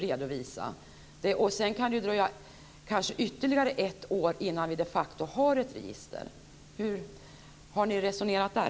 Sedan kan det dröja kanske ytterligare ett år innan vi de facto har ett register. Hur har ni resonerat där?